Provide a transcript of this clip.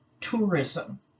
tourism